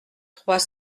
trois